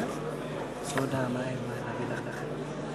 חברי הכנסת,